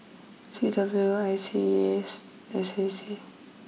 C W O I S E A S and S A C